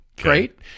Great